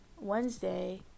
Wednesday